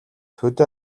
хөдөө